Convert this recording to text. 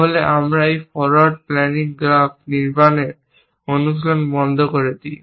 তাহলে আমরা এই ফরোয়ার্ড প্ল্যানিং গ্রাফ নির্মাণ অনুশীলন বন্ধ করে দিই